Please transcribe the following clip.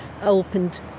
opened